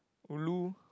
ulu